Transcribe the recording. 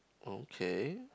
okay